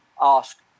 ask